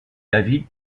david